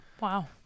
Wow